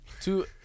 Two